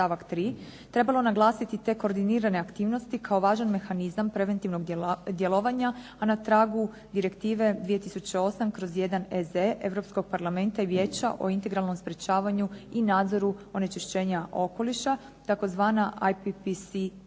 trebalo naglasiti te koordinirane aktivnosti kao važan mehanizam preventivnog djelovanja, a na tragu direktive 2008/1EZ Europskog Parlamenta i Vijeća o integralnom sprječavanju i nadzoru onečišćenja okoliša, tzv. IPPC